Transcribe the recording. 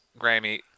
Grammy